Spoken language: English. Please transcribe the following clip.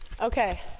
Okay